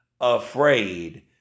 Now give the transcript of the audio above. afraid